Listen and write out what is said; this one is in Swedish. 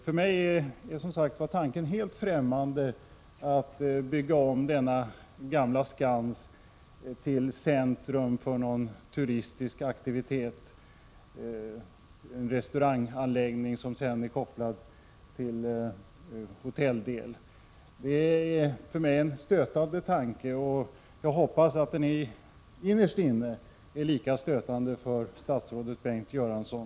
För mig är tanken att bygga om denna gamla skans till centrum för någon turistisk aktivitet, en restauranganläggning som är kopplad till ett hotell, helt ffrämmande. Det är för mig en stötande tanke, och jag hoppas att statsrådet Bengt Göransson innerst inne finner den lika stötande.